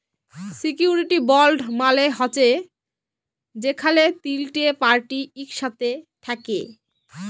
surety bond মালে হছে যেখালে তিলটে পার্টি ইকসাথে থ্যাকে